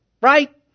Right